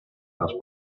ice